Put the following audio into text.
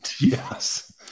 Yes